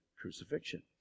crucifixion